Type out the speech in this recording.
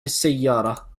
السيارة